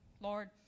Lord